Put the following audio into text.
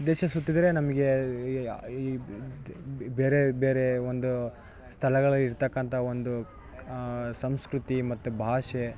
ದೇಶ ಸುತ್ತಿದರೆ ನಮಗೆ ಬೇರೆ ಬೇರೆ ಒಂದು ಸ್ಥಳಗಳು ಇರ್ತಕ್ಕಂಥ ಒಂದು ಸಂಸ್ಕೃತಿ ಮತ್ತು ಭಾಷೆ